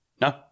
no